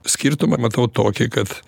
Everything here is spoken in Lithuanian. skirtumą matau tokį kad